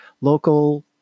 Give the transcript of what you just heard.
local